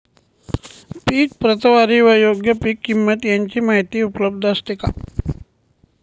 पीक प्रतवारी व योग्य पीक किंमत यांची माहिती उपलब्ध असते का?